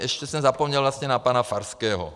Ještě jsem zapomněl vlastně na pana Farského.